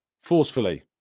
forcefully